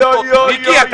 אוי, אוי, אוי, אוי, אוי.